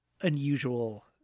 unusual